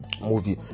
movie